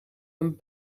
een